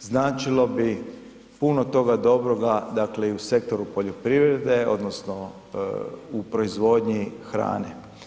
značilo bi puno toga dobroga i u sektoru poljoprivrede odnosno u proizvodnji hrane.